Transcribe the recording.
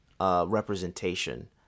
Representation